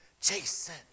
Jason